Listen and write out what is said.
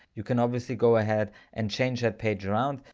you can obviously go ahead and change that page around,